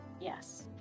Yes